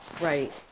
Right